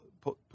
put